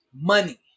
money